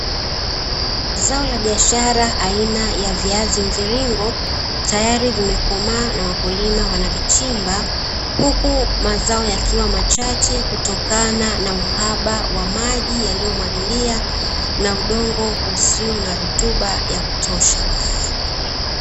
Zao la biashara aina ya viazi mviringo, tayari vimekomaa na wakulima wanavichimba, huku mazao yakiwa machache kutokana na uhaba wa maji yaliyomwagilia na udongo usio na rutuba ya kutosha.